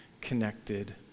connected